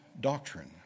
doctrine